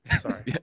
Sorry